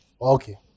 Okay